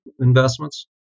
investments